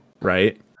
right